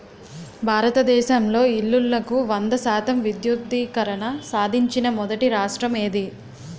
భారతదేశంలో ఇల్లులకు వంద శాతం విద్యుద్దీకరణ సాధించిన మొదటి రాష్ట్రం ఏది?